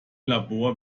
labor